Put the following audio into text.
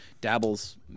dabbles